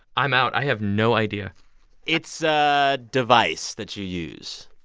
i'm out. i have no idea it's a device that you use.